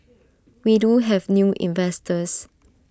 we do have new investors